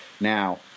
Now